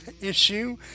issue